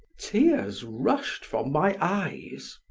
tears rushed from my eyes.